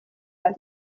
bat